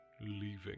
leaving